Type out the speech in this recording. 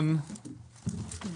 ברוכים הבאים.